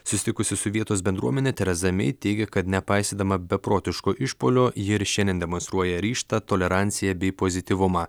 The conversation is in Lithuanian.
susitikusi su vietos bendruomene tereza mei teigia kad nepaisydama beprotiško išpuolio ji ir šiandien demonstruoja ryžtą toleranciją bei pozityvumą